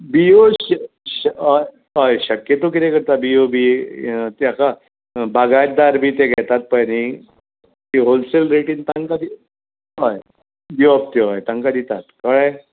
बियो हय हय शक्यतो कितें करतात बियो बी तेका भागायतार बी ते घेतात पळय न्ही ती होलसेल रेटींत तांकां ती हय दिवप त्यो हय तांकां दितात कळ्ळें